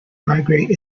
migrate